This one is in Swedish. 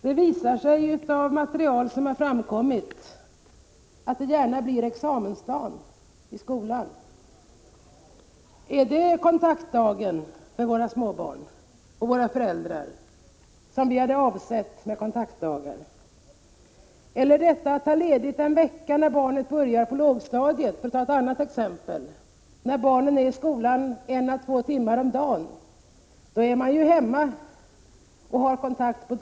Det visar sig av uppgifter som framkommit att det gärna blir examensdagen i skolan. Är det kontaktdagen för våra småbarn och föräldrar, såsom vi hade avsett den? Eller detta att ta ledigt en vecka när barnen börjar på lågstadiet — för att ta ett annat exempel — när barnen är i skolan en eller två timmar om dagen. Är det nödvändiga kontaktdagar?